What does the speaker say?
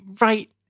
right